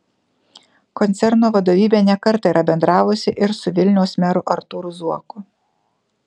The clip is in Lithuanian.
koncerno vadovybė ne kartą yra bendravusi ir su vilniaus meru artūru zuoku